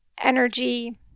energy